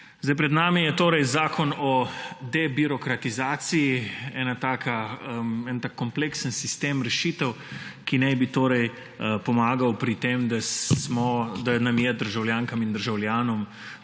Pred nami je torej zakon o debirokratizaciji, en tak kompleksen sistem rešitev, ki naj bi pomagal pri tem, da nam je državljankam in državljanom